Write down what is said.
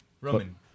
Roman